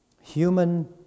human